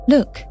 Look